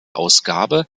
ausgabe